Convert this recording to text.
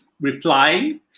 replying